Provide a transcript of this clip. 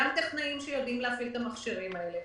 גם טכנאים שיודעים להפעיל את המכשירים האלה.